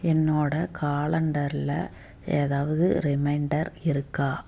என்னோடய காலண்டரில் ஏதாவது ரிமைண்டர் இருக்கா